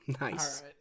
nice